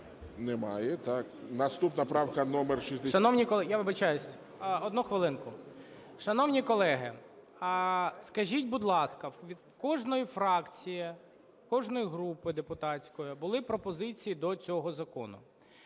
Немає. Наступна правка номер…